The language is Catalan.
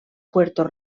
puerto